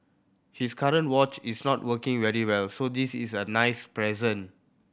his current watch is not working very well so this is a nice present